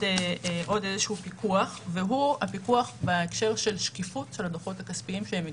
איזשהו פיקוח והוא הפיקוח בהקשר של שקיפות של הדוחות הכספיים שהם מגישים.